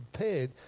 prepared